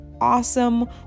awesome